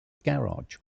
garage